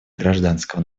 гражданского